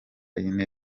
ine